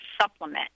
supplement